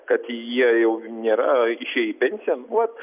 kad jie jau nėra išėję į pensiją nu vat